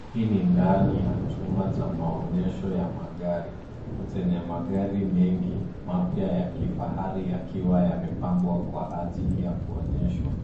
Hili ni ndani ya chumba cha maonyesho ya magari mengi mapya ya kifahari yakiwa yamepangwa kwa ajili ya kuonyeshwa.